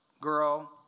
girl